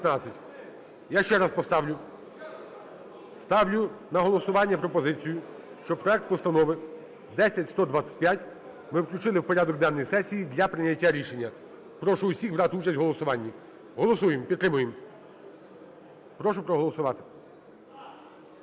Я ще раз поставлю. Ставлю на голосування пропозицію, щоб проект Постанови 10125 ми включили в порядок денний сесії для прийняття рішення. Прошу усіх брати участь в голосуванні. Голосуємо. Підтримуємо. Прошу проголосувати.